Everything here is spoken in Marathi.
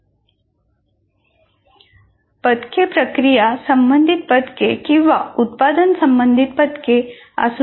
तर पदके प्रक्रिया संबंधित पदके किंवा उत्पादन संबंधित पदके असू शकतात